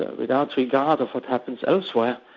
ah without regard of what happens elsewhere,